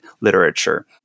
literature